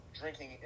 drinking